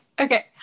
Okay